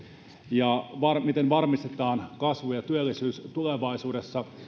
ja siitä miten varmistetaan kasvu ja työllisyys tulevaisuudessa